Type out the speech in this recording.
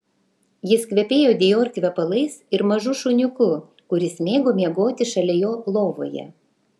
jis kvepėjo dior kvepalais ir mažu šuniuku kuris mėgo miegoti šalia jo lovoje